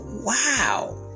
wow